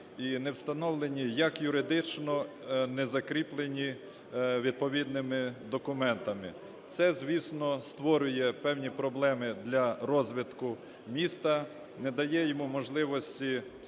і не встановлені як юридично не закріплені відповідними документами. Це, звісно, створює певні проблеми для розвитку міста, не дає йому можливості